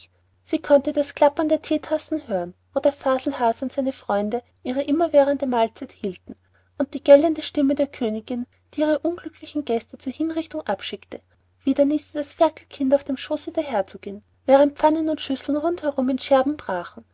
sie konnte das klappern der theetassen hören wo der faselhase und seine freunde ihre immerwährende mahlzeit hielten und die gellende stimme der königin die ihre unglücklichen gäste zur hinrichtung abschickte wieder nieste das ferkel kind auf dem schoße der herzogin während pfannen und schüsseln rund herum in scherben brachen